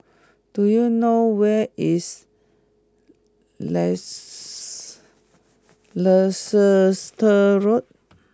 do you know where is Leicester Road